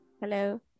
Hello